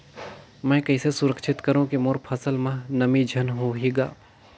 मैं कइसे सुरक्षित करो की मोर फसल म नमी झन होही ग?